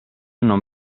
non